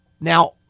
Now